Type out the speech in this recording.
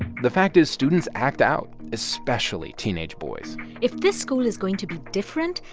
the fact is students act out, especially teenage boys if this school is going to be different,